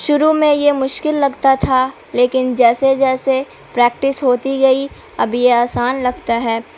شروع میں یہ مشکل لگتا تھا لیکن جیسے جیسے پریکٹس ہوتی گئی اب یہ آسان لگتا ہے